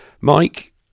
Mike